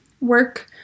work